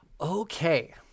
Okay